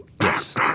Yes